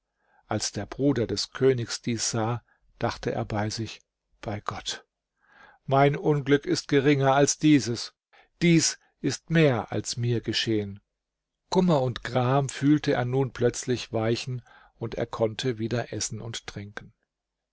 als der bruder des königs dies sah dachte er bei sich bei gott mein unglück ist geringer als dieses dies ist mehr als mir geschehen kummer und gram fühlte er nun plötzlich weichen und er konnte wieder essen und trinken